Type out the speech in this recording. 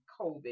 COVID